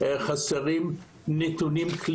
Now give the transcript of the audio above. חסרים נתונים,